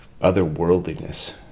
otherworldliness